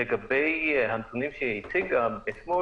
לגבי הנתונים שהיא הציגה אתמול,